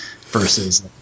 versus